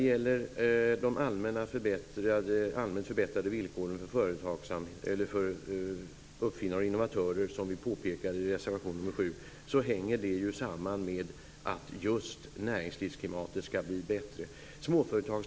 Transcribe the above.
De allmänt förbättrade villkoren för uppfinnare och innovatörer - som vi påpekar i reservation 7 - hänger samman med att just näringslivsklimatet skall bli bättre.